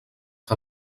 que